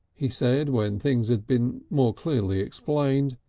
he said, when things had been more clearly explained,